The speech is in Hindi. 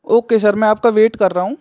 ओके सर मैं आपका वेट कर रहा हूँ